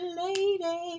lady